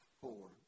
four